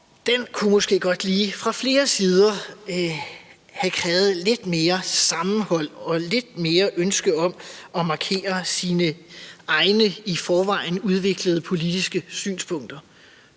her forslag måske godt fra flere sider kunne have krævet lidt mere sammenhold og lidt mere ønske om at markere sine egne i forvejen udviklede politiske synspunkter.